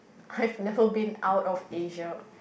I've never been out of Asia